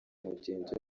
mugenzi